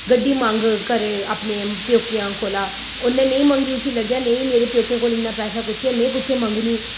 गड्डी मंग घरै अपने प्यौकियें कोला उ'न्नै नेईं मंगी उसी लग्गेआ भई नेईं मेरे प्यौकियें कोल इन्ना पैसा कुत्थै ऐ में कुत्थै मंगनी